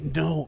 no